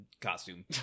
costume